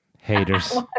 Haters